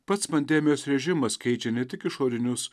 pats pandemijos režimas keičia ne tik išorinius